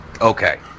okay